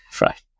right